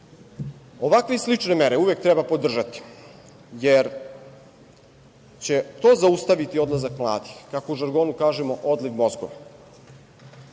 ljude. Ovakve i slične mere uvek treba podržati jer će to zaustaviti odlazak mladih, kako u žargonu kažemo – odliv mozgova.